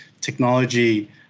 technology